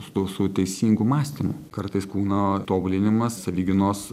sausu teisingu mąstymu kartais kūno tobulinimas lyginos